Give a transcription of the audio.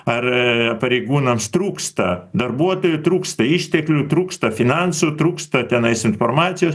ar pareigūnams trūksta darbuotojų trūksta išteklių trūksta finansų trūksta tenais informacijos